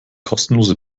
kostenlose